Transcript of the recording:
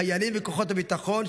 חיילים וכוחות הביטחון,